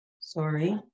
Sorry